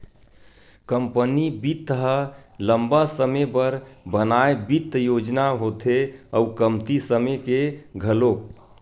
company बित्त ह लंबा समे बर बनाए बित्त योजना होथे अउ कमती समे के घलोक